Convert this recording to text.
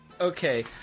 Okay